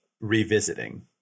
revisiting